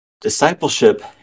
Discipleship